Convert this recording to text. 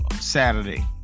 Saturday